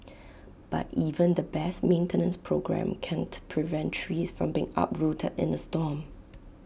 but even the best maintenance programme can't prevent trees from being uprooted in A storm